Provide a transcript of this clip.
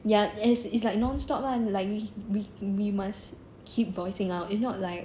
ya it's it's like non stop lah like we we we must keep voicing out if not like